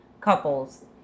couples